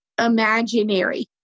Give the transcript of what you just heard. imaginary